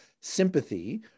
sympathy